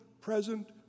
present